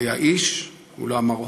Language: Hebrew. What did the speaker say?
היה איש" הוא לא אמר "הופ",